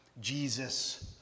Jesus